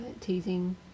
teasing